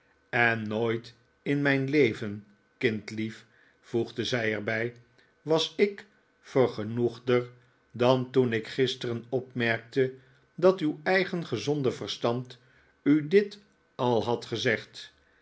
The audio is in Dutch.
en nooit in mijn leven kindlief voegde zij er bij was ik vergenoegder dan toen ik gisteren opmerkte dat uw eigen gezonde verstand u dit al had gezegd